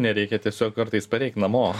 nereikia tiesiog kartais pareik namo